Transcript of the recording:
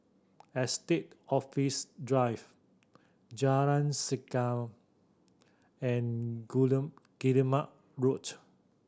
Estate Office Drive Jalan Segam and Road